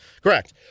Correct